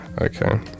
okay